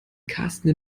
karsten